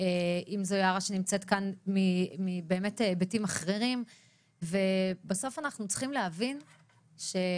ה-1 במאי 2022. אנחנו ממשיכים עם הדיון בנושא